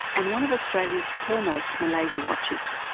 and one of australia's foremost malaysia-watchers.